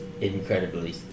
Incredibly